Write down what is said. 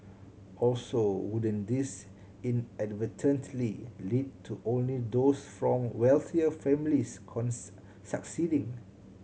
also wouldn't this inadvertently lead to only those from wealthier families succeeding